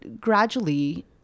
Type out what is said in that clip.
gradually